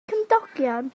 cymdogion